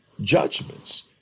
judgments